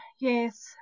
Yes